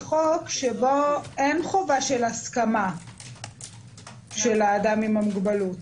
מחוק שבו אין חובת הסכמה של האדם עם המוגבלות.